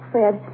Fred